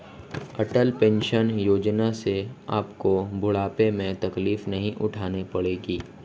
अटल pension योजना से आपको बुढ़ापे में तकलीफ नहीं उठानी पड़ेगी